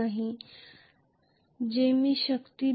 हा तो करंट आहे ज्याला मी फोर्स करत आहे